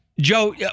Joe